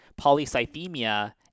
polycythemia